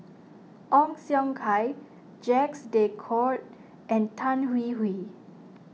Ong Siong Kai Jacques De Coutre and Tan Hwee Hwee